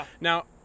Now